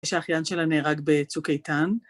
שהאחיין שלה נהרג בצוק איתן.